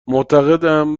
معتقدم